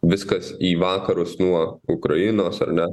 viskas į vakarus nuo ukrainos ar ne